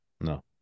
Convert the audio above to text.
No